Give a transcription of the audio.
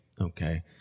Okay